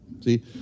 See